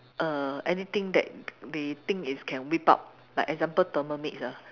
err anything that they think is can whip out like example Thermomix